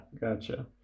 gotcha